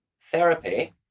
therapy